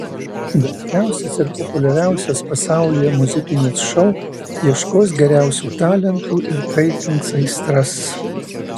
garsiausias ir populiariausias pasaulyje muzikinis šou ieškos geriausių talentų ir kaitins aistras